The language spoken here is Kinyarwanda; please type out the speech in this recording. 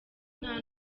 nta